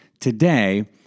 today